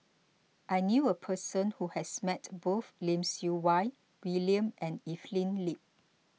I knew a person who has met both Lim Siew Wai William and Evelyn Lip